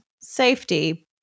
safety